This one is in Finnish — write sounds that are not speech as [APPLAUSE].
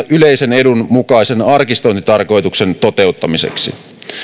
[UNINTELLIGIBLE] yleisen edun mukaisen arkistointitarkoituksen toteuttamiseksi